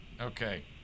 Okay